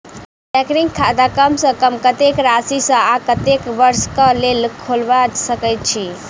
recurring खाता कम सँ कम कत्तेक राशि सऽ आ कत्तेक वर्ष कऽ लेल खोलबा सकय छी